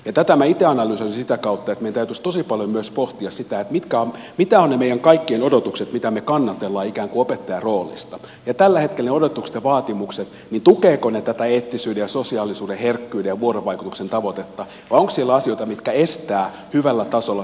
tätä minä itse analysoisin sitä kautta että meidän täytyisi tosi paljon pohtia myös sitä mitä ovat ne meidän kaikkien odotukset joita me ikään kuin kannattelemme opettajan roolista ja tukevatko ne odotukset ja vaatimukset tällä hetkellä tätä eettisyyden ja sosiaalisuuden herkkyyden ja vuorovaikutuksen tavoitetta vai onko siellä asioita mitkä estävät sen kohtaamisen hyvällä tasolla